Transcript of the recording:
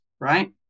right